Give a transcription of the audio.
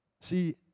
See